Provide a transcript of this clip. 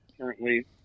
currently